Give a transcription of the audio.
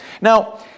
Now